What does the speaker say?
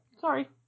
Sorry